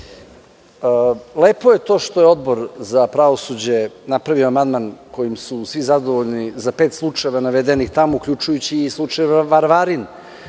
Lepo je to što je Odbor za pravosuđe napravio amandman kojim su svi zadovoljni za pet slučajeva navedenih tamo, uključujući i slučaj Varvarin